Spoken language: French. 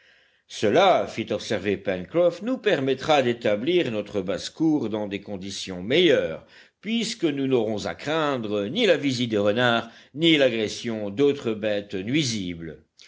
cela fit observer pencroff nous permettra d'établir notre basse-cour dans des conditions meilleures puisque nous n'aurons à craindre ni la visite des renards ni l'agression d'autres bêtes nuisibles